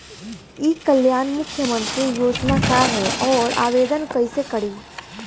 ई कल्याण मुख्यमंत्री योजना का है और आवेदन कईसे करी?